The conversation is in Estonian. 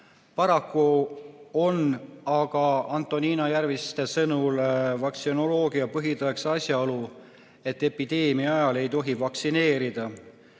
Paraku on aga Antonina Järviste sõnul vaktsinoloogia põhitõeks asjaolu, et epideemia ajal ei tohi vaktsineerida,